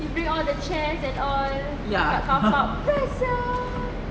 you bring all the chairs and all and pump up best sia